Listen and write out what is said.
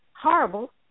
horrible